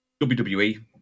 WWE